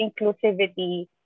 inclusivity